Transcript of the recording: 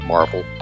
Marvel